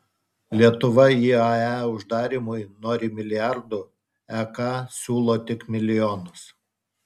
lietuva iae uždarymui nori milijardų ek siūlo tik milijonus